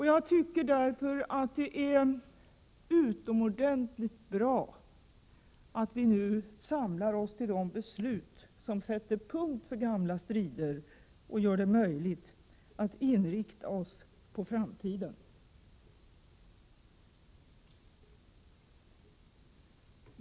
Jag tycker därför att det är utomordentligt bra att vi nu samlar oss till de beslut som sätter punkt för gamla strider och gör det möjligt för oss att inrikta oss på framtiden.